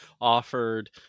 offered